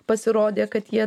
pasirodė kad jie